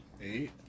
Eight